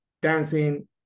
dancing